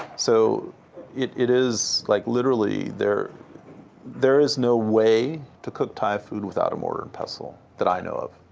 so it it is like literally there there is no way to cook thai food without a mortar and pestle that i know of,